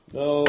no